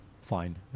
fine